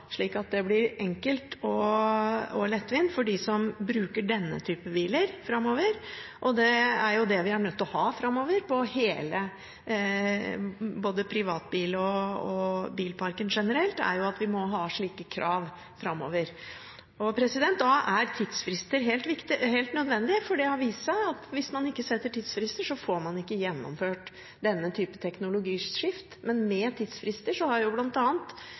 slik at det blir ladestasjoner og infrastruktur for denne bilparken også, så det blir enkelt og lettvint for dem som bruker denne type biler framover. Vi er nødt til å ha slike krav framover for både privatbiler og bilparken generelt. Da er tidsfrister helt nødvendig, for det har vist seg at hvis man ikke setter tidsfrister, får man ikke gjennomført denne type teknologiskift, men med tidsfrister har